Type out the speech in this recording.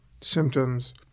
symptoms